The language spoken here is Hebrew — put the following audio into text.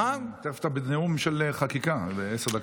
תכף אתה בנאום של חקיקה, עשר דקות.